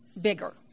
bigger